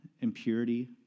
impurity